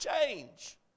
change